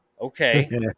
okay